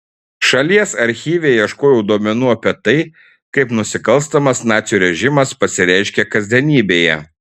šalies archyve ieškojau duomenų apie tai kaip nusikalstamas nacių režimas pasireiškė kasdienybėje